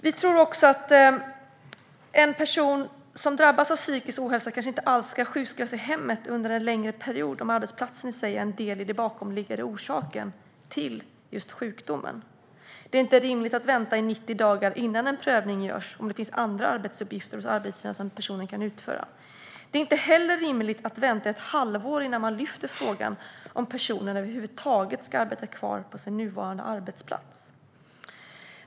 Vi tror också att en person som drabbas av psykisk ohälsa kanske inte alls ska sjukskrivas i hemmet under en längre period om arbetsplatsen i sig är en del i den bakomliggande orsaken till sjukdomen. Det är inte rimligt att vänta i 90 dagar innan en prövning görs om det finns andra arbetsuppgifter hos arbetsgivaren som personen kan utföra. Det är inte heller rimligt att vänta ett halvår innan man ställer frågan om personen över huvud taget ska arbeta kvar på sin nuvarande arbetsplats.